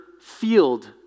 field